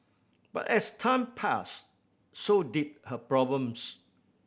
but as time passed so did her problems